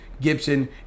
Gibson